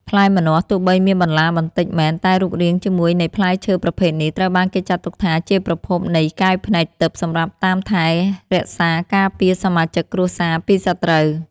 ផ្លែម្នាស់ទោះបីមានបន្លាបន្តិចមែនតែរូបរាងជារួមនៃផ្លែឈើប្រភេទនេះត្រូវបានគេចាត់ទុកថាជាប្រភពនៃកែវភ្នែកទិព្វសម្រាប់តាមថែរក្សាការពារសមាជិកគ្រួសារពីសត្រូវ។